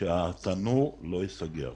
כדי שהתנור לא ייסגר.